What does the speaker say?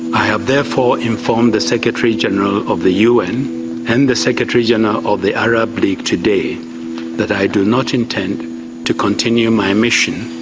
i have therefore informed the secretary-general of the un and secretary-general of the arab league today that i do not intend to continue my mission.